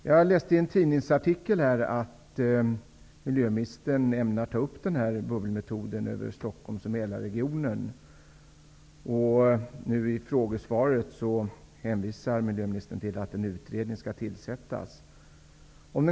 Jag läste i en tidningsartikel att miljöministern ämnar ta upp bubbelmetoden över Stockholmsoch Mälarregionen. I frågesvaret hänvisar miljöministern till att en utredning skall tillsättas.